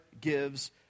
gives